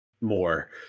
more